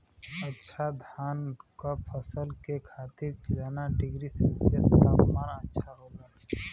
अच्छा धान क फसल के खातीर कितना डिग्री सेल्सीयस तापमान अच्छा होला?